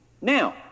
Now